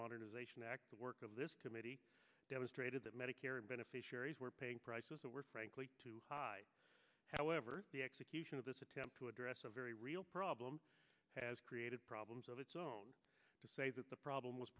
modernization act the work of this committee demonstrated that medicare beneficiaries were paying prices that were frankly too high however the execution of this attempt to address a very real problem has created problems of its own to say that the problem was